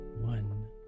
one